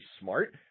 smart